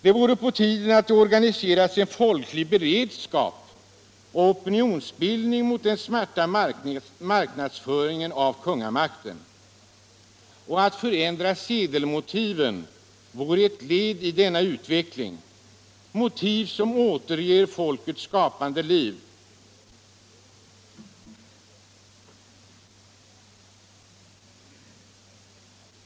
Det vore på tiden att det organiserades en folklig beredskap och opinionsbildning mot den smarta marknadsföringen av kungamakten. Att förändra sedelmotiven och använda motiv som återger folkets skapande liv vore ett led i denna utveckling.